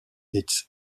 its